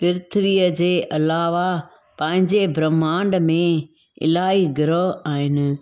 पृथ्वीअ जे अलावा पंहिंजे ब्रह्मांड में अलाई ग्रह आहिनि